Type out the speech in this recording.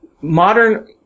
modern